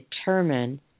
determine